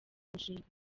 mushinga